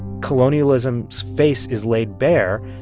colonialism's face is laid bare,